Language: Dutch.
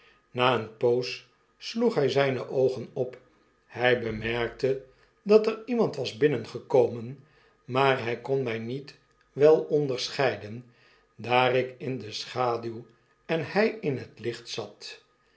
na eene poos sloeg hij zgne oogen op hij bemerkte dat er iemand was binnengeomen maar hg kon mij niet wel onderscheiden daar ik in de schaduw en hg in het licht zat